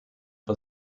for